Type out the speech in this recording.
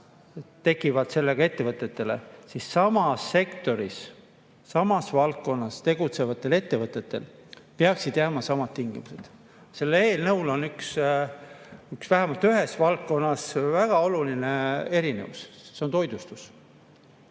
piirangud ettevõtetele, siis samas sektoris, samas valdkonnas tegutsevatel ettevõtetel peaksid kehtima samad tingimused. Selle eelnõu puhul on vähemalt ühes valdkonnas väga oluline erinevus. See [valdkond]